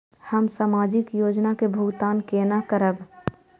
हम सामाजिक योजना के भुगतान केना करब?